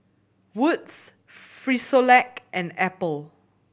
Wood's Frisolac and Apple